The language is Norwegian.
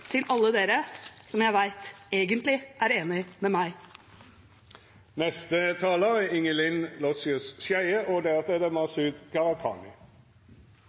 til alle dere som jeg vet egentlig er enig med meg.